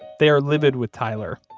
they are livid with tyler.